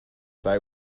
they